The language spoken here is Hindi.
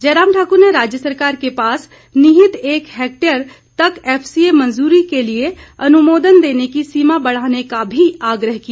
जयराम ठाकर ने राज्य सरकार के पास नीहित एक हैक्टेयर तक एफसीए मंजूरी के लिए अनुमोदन देने की सीमा बढ़ाने का भी आग्रह किया